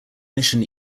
mission